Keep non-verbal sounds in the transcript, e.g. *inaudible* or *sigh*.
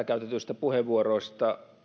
*unintelligible* käytetyistä puheenvuoroista